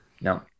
No